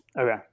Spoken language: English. Okay